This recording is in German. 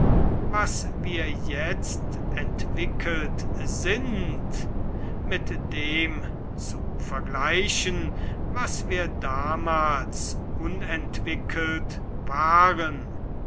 was wir jetzt entwickelt sind mit dem zu vergleichen was wir damals unentwickelt waren